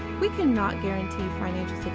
we can not guarantee financial